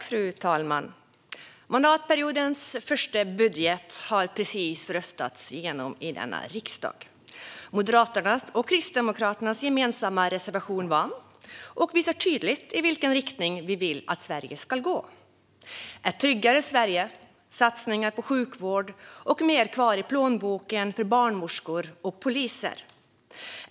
Fru talman! Mandatperiodens första budget har precis röstats igenom i denna riksdag. Moderaternas och Kristdemokraternas gemensamma reservation vann. Den visar tydligt i vilken riktning vi vill att Sverige ska gå: ett tryggare Sverige, satsningar på sjukvård och mer kvar i plånboken för barnmorskor och poliser.